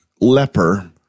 leper